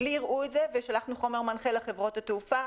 הראו לי את זה וגם שלחנו חומר מנחה לחברות התעופה,